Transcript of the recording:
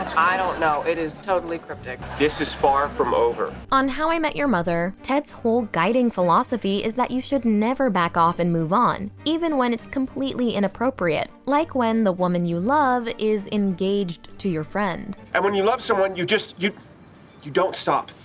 i don't know, it is totally cryptic. this is far from over. on how i met your mother, ted's whole guiding philosophy is that you should never back off and move on, even when it's completely inappropriate like when the woman you love is engaged to your friend. and when you love someone, you just, you you don't stop,